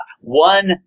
one